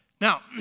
Now